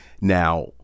Now